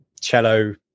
cello